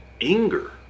anger